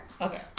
Okay